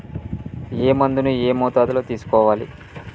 ఏ మందును ఏ మోతాదులో తీసుకోవాలి?